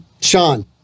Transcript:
Sean